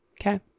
okay